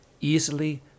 easily